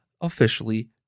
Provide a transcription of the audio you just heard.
officially